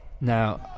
Now